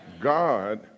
God